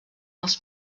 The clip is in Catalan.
els